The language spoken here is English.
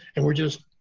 and we're just